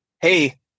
Hey